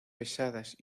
pesadas